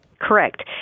Correct